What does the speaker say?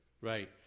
Right